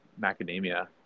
macadamia